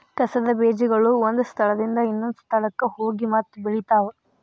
ಕಸದ ಬೇಜಗಳು ಒಂದ ಸ್ಥಳದಿಂದ ಇನ್ನೊಂದ ಸ್ಥಳಕ್ಕ ಹೋಗಿ ಮತ್ತ ಬೆಳಿತಾವ